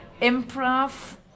improv